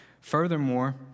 Furthermore